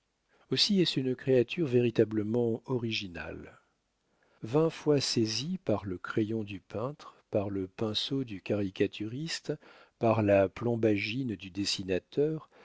aussi est-ce une créature véritablement originale vingt fois saisie par le crayon du peintre par le pinceau du caricaturiste par la plombagine du dessinateur